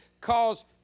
cause